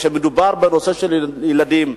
שכשמדובר בנושא של ילדים,